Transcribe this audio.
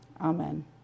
Amen